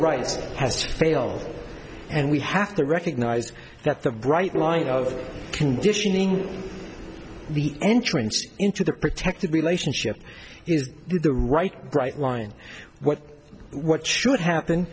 rights has failed and we have to recognize that the bright line of conditioning the entrance into the protected relationship is the right bright line what what should happen